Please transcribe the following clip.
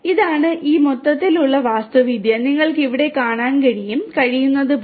ഇതാണ് ഈ മൊത്തത്തിലുള്ള വാസ്തുവിദ്യ നിങ്ങൾക്ക് ഇവിടെ കാണാൻ കഴിയുന്നതുപോലെ